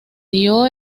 dio